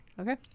Okay